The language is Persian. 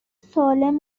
سالم